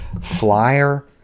flyer